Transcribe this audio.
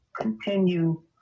continue